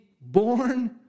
born